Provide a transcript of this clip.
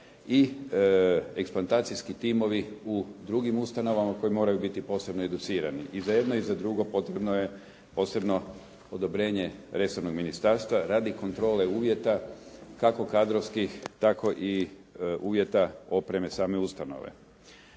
i eksplantacijski timovi u drugim ustanovama koji moraju biti posebno educirati. I za jedno i za drugo potrebno je posebno odobrenje resornog ministarstva radi kontrole uvjeta kako kadrovskih tako i uvjeta opreme same ustanove.